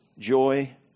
Joy